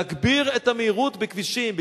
להגביר את המהירות בכבישים,